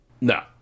No